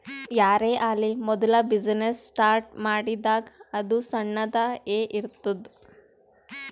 ಯಾರೇ ಆಲಿ ಮೋದುಲ ಬಿಸಿನ್ನೆಸ್ ಸ್ಟಾರ್ಟ್ ಮಾಡಿದಾಗ್ ಅದು ಸಣ್ಣುದ ಎ ಇರ್ತುದ್